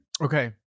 Okay